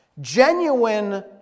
Genuine